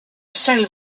salle